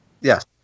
Yes